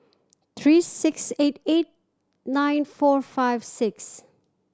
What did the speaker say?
three six eight eight nine four five six